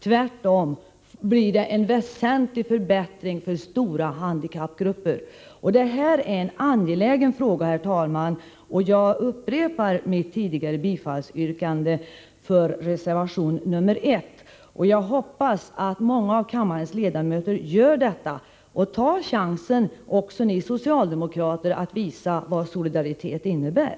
I stället blir det en väsentlig förbättring för stora grupper handikappade. Det här är en angelägen fråga. Herr talman! Jag upprepar mitt tidigare yrkande om bifall till reservation nr 1. Jag hoppas att många av kammarens ledamöter — även ni socialdemokrater — tar tillfället i akt och visar vad solidaritet innebär.